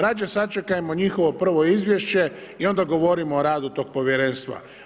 Rađe sačekajmo njihovo prvo izvješće i onda govorimo o radu tog Povjerenstva.